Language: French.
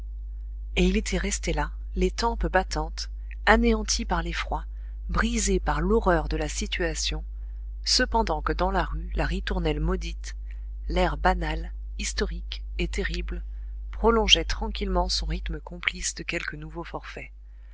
et il était resté là les tempes battantes anéanti par l'effroi brisé par l'horreur de la situation cependant que dans la rue la ritournelle maudite l'air banal historique et terrible prolongeait tranquillement son rythme complice de quelque nouveau forfait